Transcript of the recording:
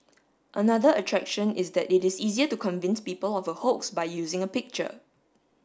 another attraction is that it is easier to convince people of a hoax by using a picture